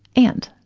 and,